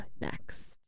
next